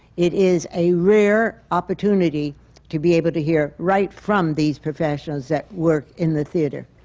it is a rare opportunity to be able to hear right from these professionals that work in the theatre.